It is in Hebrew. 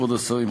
כבוד השרים,